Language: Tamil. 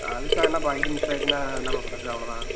அதுக்காக என்னாப்பா ஐடி மிஸ் ஆயிடுச்சுன்னா என்னாப்பாப் பண்ணுறது அவ்வளோ தான்